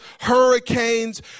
hurricanes